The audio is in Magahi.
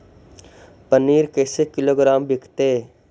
पनिर कैसे किलोग्राम विकतै?